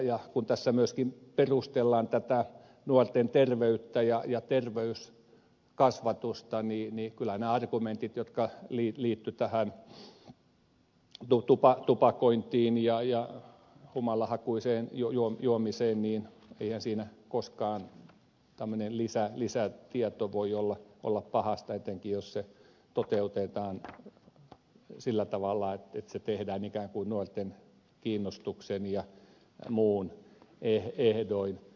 kun tässä myöskin perustellaan tätä nuorten terveyttä ja terveyskasvatusta niin kun on nämä argumentit jotka liittyvät tähän tupakointiin ja humalahakuiseen juomiseen niin eihän niistä kyllä koskaan tämmöinen lisätieto voi olla pahasta etenkin jos se toteutetaan sillä tavalla että se tehdään ikään kuin nuorten kiinnostuksen ja muun ehdoilla